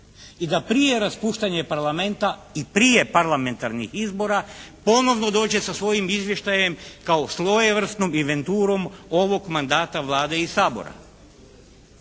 I da prije raspuštanja Parlamenta i prije parlamentarnih izbora ponovo dođe sa svojim izvještajem kao svojevrsnom inventurom ovog mandata Vlade i Sabora.